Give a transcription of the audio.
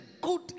good